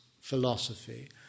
philosophy